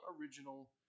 original